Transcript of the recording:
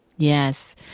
Yes